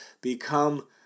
become